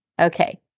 Okay